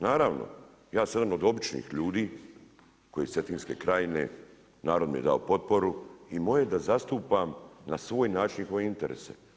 Naravno ja sam jedan od običnih ljudi koji je iz Cetinske krajine, narod mi je dao potporu i moje je da zastupam na svoj način njihove interese.